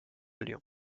lyon